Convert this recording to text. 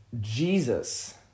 Jesus